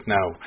now